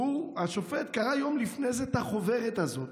והשופט קרא יום לפני זה את החוברת הזאת.